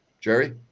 Jerry